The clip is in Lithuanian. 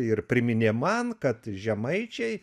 ir priminė man kad žemaičiai